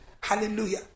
Hallelujah